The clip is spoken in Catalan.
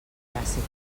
clàssic